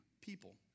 people